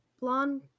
blonde